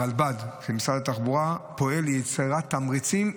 הרלב"ד של משרד התחבורה פועלים ליצירת תמריצים,